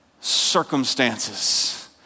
circumstances